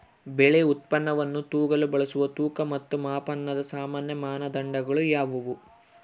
ಬೆಳೆ ಉತ್ಪನ್ನವನ್ನು ತೂಗಲು ಬಳಸುವ ತೂಕ ಮತ್ತು ಮಾಪನದ ಸಾಮಾನ್ಯ ಮಾನದಂಡಗಳು ಯಾವುವು?